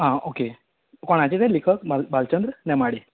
आ okay कोणाचे ते लेखक भालचंद्र नेमाडे